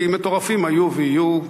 כי מטורפים היו ויהיו,